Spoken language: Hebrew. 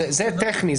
זה טכני.